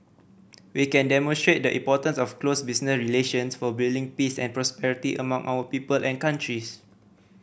we can demonstrate the importance of close business relations for building peace and prosperity among our people and countries